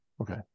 okay